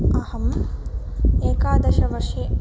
अहम् एकादशवर्षे